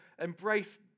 embrace